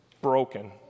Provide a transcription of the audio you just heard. broken